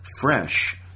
fresh